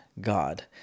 God